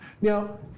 Now